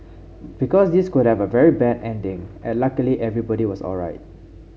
because this could have had a very bad ending and luckily everybody was alright